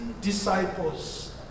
disciples